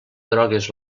drogues